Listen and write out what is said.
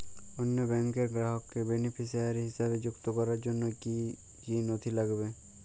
অন্য ব্যাংকের গ্রাহককে বেনিফিসিয়ারি হিসেবে সংযুক্ত করার জন্য কী কী নথি লাগবে?